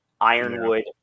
Ironwood